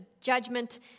judgment